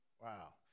Wow